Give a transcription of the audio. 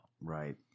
Right